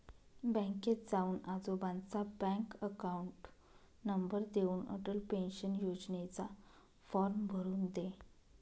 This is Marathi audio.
बँकेत जाऊन आजोबांचा बँक अकाउंट नंबर देऊन, अटल पेन्शन योजनेचा फॉर्म भरून दे